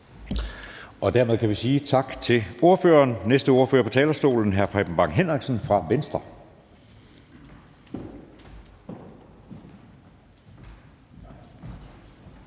Dermed kan vi sige tak til ordføreren. Næste ordfører på talerstolen er hr. Preben Bang Henriksen fra Venstre.